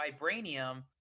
vibranium